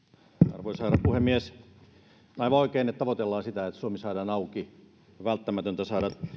arvoisa herra puhemies on aivan oikein että tavoitellaan sitä että suomi saadaan auki on välttämätöntä saada